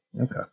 Okay